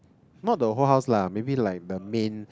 not the whole house lah maybe like the main